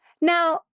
Now